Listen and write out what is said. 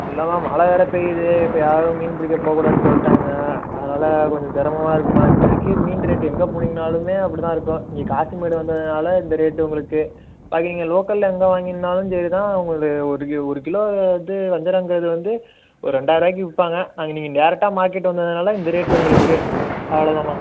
இல்லைம்மா மழை வேறு பெய்யுது இப்போ யாரும் மீன் பிடிக்க போக கூடாதுன் சொல்லிட்டாங்க அதனால கொஞ்சம் சிரமமா இருக்குதும்மா இப்போதிக்கி மீன் ரேட் எங்கே போனிங்கனாலுமே அப்படி தான் இருக்கும் இங்கே காசிமேடு வந்ததுனால் இந்த ரேட்டு உங்களுக்கு பாக்கி நீங்கள் லோக்கலில் எங்கே வாங்கியிருந்தாலும் சரி தான் உங்களுடைய ஒரு கி ஒரு கிலோ வந்து வஞ்சிரங்கிறது வந்து ஒரு ரெண்டாயிரம் ரூபாய்க்கி விற்பாங்க நாங்கள் இன்றைக்கி டேரெக்டாக மார்க்கெட் வந்ததுனால் இந்த ரேட்டு உங்களுக்கு அவ்வளோ தாம்மா